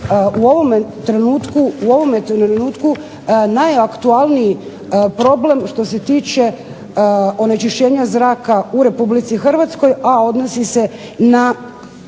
u ovome trenutku najaktualniji problem što se tiče onečišćenja zraka u Republici Hrvatskoj, a odnosi se na